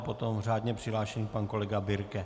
Potom řádně přihlášený pan kolega Birke.